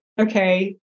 okay